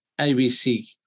abc